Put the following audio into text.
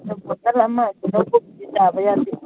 ꯑꯗꯣ ꯕꯣꯇꯜ ꯑꯃ ꯑꯅꯤ ꯂꯧꯕꯒꯤꯗꯤ ꯇꯥꯕ ꯌꯥꯗꯦ